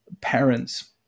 parents